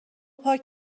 پاک